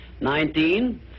Nineteen